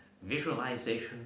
Visualization